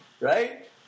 Right